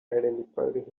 identified